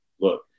look